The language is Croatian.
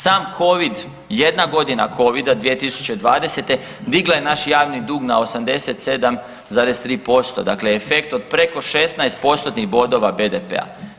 Sam Covid jedna godina Covid-a 2020. digla je naš javni dug na 87,3%, dakle efekt od preko 16 postotnih bodova BDP-a.